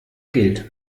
gilt